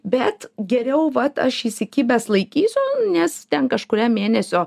bet geriau vat aš įsikibęs laikysiu nes ten kažkurią mėnesio